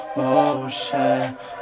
motion